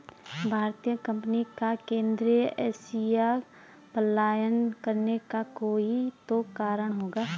भारतीय कंपनी का केंद्रीय एशिया पलायन करने का कोई तो कारण होगा